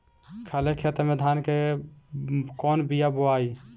खाले खेत में धान के कौन बीया बोआई?